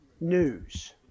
news